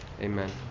Amen